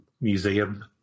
Museum